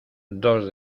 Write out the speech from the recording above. dos